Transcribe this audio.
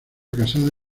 casada